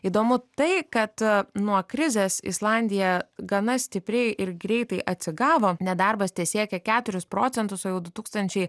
įdomu tai kad nuo krizės islandija gana stipriai ir greitai atsigavo nedarbas tesiekia keturis procentus o jau du tūkstančiai